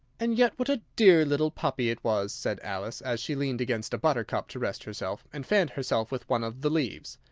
and yet what a dear little puppy it was! said alice, as she leant against a buttercup to rest herself, and fanned herself with one of the leaves.